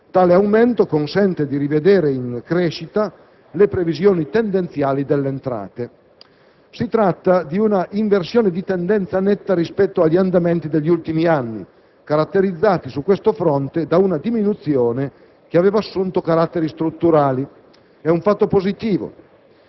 tale aumento consente di rivedere in crescita le previsioni tendenziali delle entrate. Si tratta di un'inversione di tendenza netta rispetto agli andamenti degli ultimi anni, caratterizzati su questo fronte da una diminuzione che aveva assunto caratteri strutturali. E' un fatto positivo,